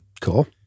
Cool